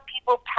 people